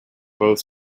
both